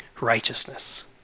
righteousness